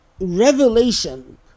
revelation